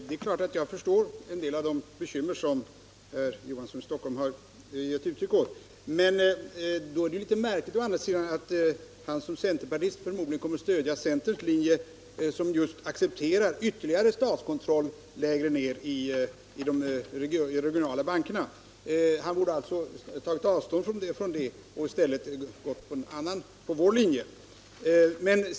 Herr talman! Jag förstår en del av de bekymmer som herr Olof Johansson i Stockholm här har givit uttryck åt. Men det är ändå litet märkligt att han som centerpartist förmodligen kommer att stödja centerns linje, som just accentuerar ytterligare statskontroll lägre ner i de regionala bankkontoren. Han borde tagit avstånd från den linjen och i stället gått på vår linje.